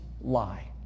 lie